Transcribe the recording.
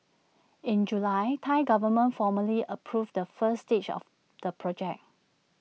in July Thai Government formally approved the first stage of the project